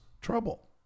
trouble